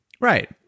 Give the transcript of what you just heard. Right